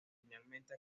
finalmente